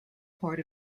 part